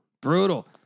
Brutal